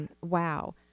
Wow